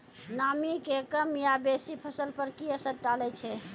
नामी के कम या बेसी फसल पर की असर डाले छै?